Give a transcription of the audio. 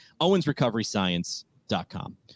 owensrecoveryscience.com